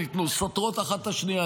וסותרות אחת את השנייה.